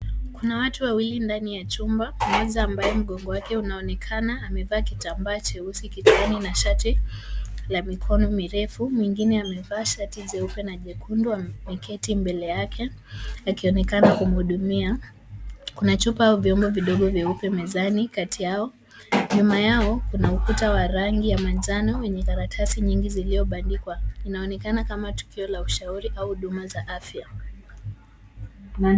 Kuna watu wawili ndani ya chumba, mmoja ambaye mgongo wake unaonekana amevaa kitambaa cheusi kichwani na shati la mikono mirefu. Mwingine amevaa shati jeupe na nyekundu ameketi mbele yake akionekana kumhudumia. Kuna chupa au viungo vidogo vyeupe mezani kati yao. Nyuma yao kuna ukuta wa rangi ya manjano wenye karatasi nyingi zilizobandikwa. Inaonekana kama tukio la ushauri au huduma za afya.